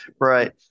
Right